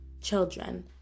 children